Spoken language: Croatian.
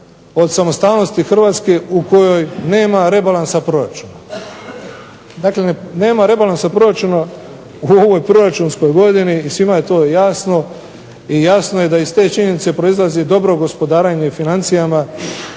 od samostalnosti Hrvatske u kojoj nema rebalansa proračuna. Dakle, nema rebalansa proračuna u ovoj proračunskoj godini i svima je to jasno, i jasno je da iz te činjenice proizlazi dobro gospodarenje i financijama